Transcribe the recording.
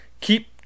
Keep